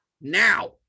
now